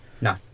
No